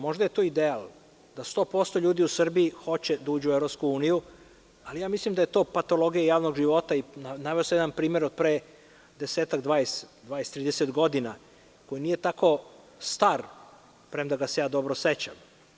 Možda je to ideal, da 100% ljudi u Srbiji hoće da uđe u EU, ali mislim da je to patologija javnog života i naveo sam jedan primer od pre desetak, dvadeset, trideset godina koji nije tako star, premda ga se dobro sećam.